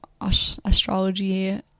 astrology